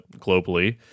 globally